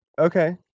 Okay